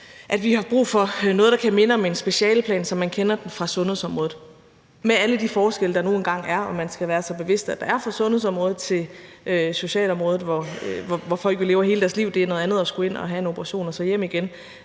at vi har brug for noget, der kan minde om en specialeplan, som man kender det fra sundhedsområdet, med alle de forskelle, der nu engang er, og som man skal være sig bevidst at der er fra sundhedsområdet til socialområdet, hvor folk jo lever hele deres liv; det er noget andet at skulle ind og have en operation og så tage hjem igen